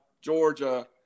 Georgia